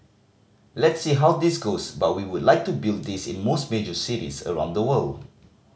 let's see how this goes but we would like to build this in most major cities around the world